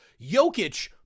Jokic